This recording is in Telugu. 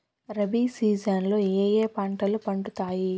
రబి సీజన్ లో ఏ ఏ పంటలు పండుతాయి